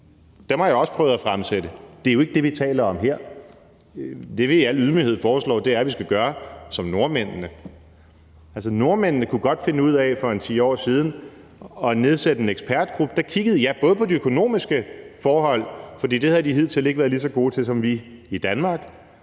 et har jeg også prøvet at fremsætte, men det er jo ikke det, vi taler om her. Det, vi i al ydmyghed foreslår, er, at vi skal gøre som nordmændene. Altså, nordmændene kunne for ca. 10 år siden godt finde ud af at nedsætte en ekspertgruppe, der kiggede på både de økonomiske forhold – for det havde de hidtil ikke været lige så gode til som vi i Danmark